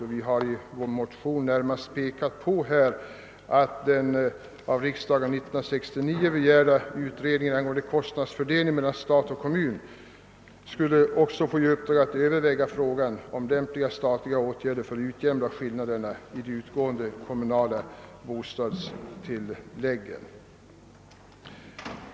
Vi har i vår motion hemställt att den av riksdagen 1969 begärda utredningen angående <kostnadsfördelningen mellan stat och kommun också skall få i uppdrag att överväga lämpliga statliga åt gärder för en utjämning av skillnaderna i de utgående kommunala bostadstilläggen.